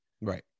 Right